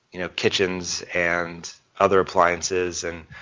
you know, kitchens and other appliances and